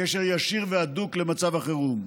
קשר ישיר והדוק למצב החירום.